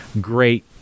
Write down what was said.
great